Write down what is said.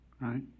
Right